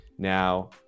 Now